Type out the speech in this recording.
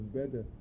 better